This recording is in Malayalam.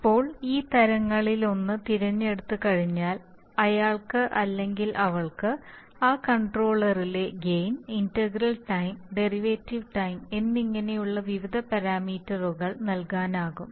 ഇപ്പോൾ ഈ തരങ്ങളിലൊന്ന് തിരഞ്ഞെടുത്ത് കഴിഞ്ഞാൽ അയാൾക്ക് അല്ലെങ്കിൽ അവൾക്ക് ആ കൺട്രോളറിലെ gain integral time derivative time എന്നിങ്ങനെയുള്ള വിവിധ പാരാമീറ്ററുകൾ നൽകാനാകും